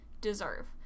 deserve